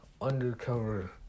undercover